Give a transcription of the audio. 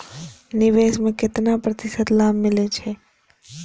निवेश में केतना प्रतिशत लाभ मिले छै?